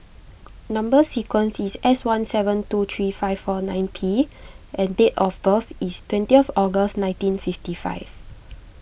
Number Sequence is S one seven two three five four nine P and date of birth is twentieth August nineteen fifty five